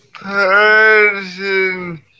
person